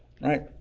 Right